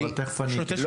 אבל תכף אני אתייחס.